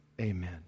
Amen